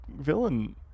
villain